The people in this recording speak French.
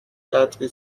quatre